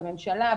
בממשלה,